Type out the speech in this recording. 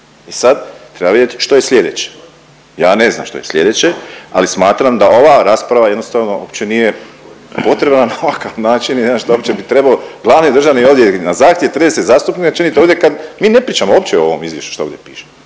I sad treba vidjeti što je sljedeće. Ja ne znam što je sljedeće, ali smatram da ova rasprava jednostavno uopće nije potrebna na ovakav način i ne znam što uopće bi trebao glavni državni odvjetnik na zahtjev 30 zastupnika činiti ovdje kad mi ne pričamo uopće o ovom izvješću što ovdje piše.